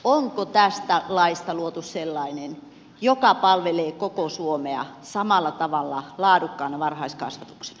onko tästä laista luotu sellainen joka palvelee koko suomea samalla tavalla laadukkaana varhaiskasvatuksena